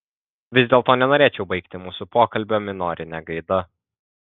vis dėlto nenorėčiau baigti mūsų pokalbio minorine gaida